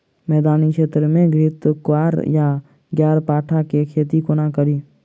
मैदानी क्षेत्र मे घृतक्वाइर वा ग्यारपाठा केँ खेती कोना कड़ी?